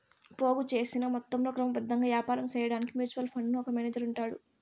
పోగు సేసిన మొత్తంలో క్రమబద్ధంగా యాపారం సేయడాన్కి మ్యూచువల్ ఫండుకు ఒక మేనేజరు ఉంటాడు